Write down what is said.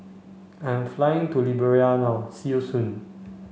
I am flying to Liberia now see you soon